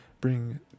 bring